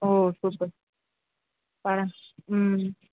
ஓ super ஆ ம்